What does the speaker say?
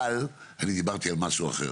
אבל אני דיברתי על משהו אחר